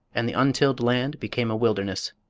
and the untilled land became a wilderness.